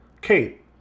Kate